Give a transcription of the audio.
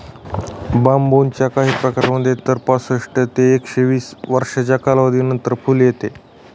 बांबूच्या काही प्रकारांमध्ये तर पासष्ट ते एकशे वीस वर्षांच्या कालावधीनंतर फुल येते